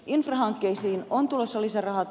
infrahankkeisiin on tulossa lisärahat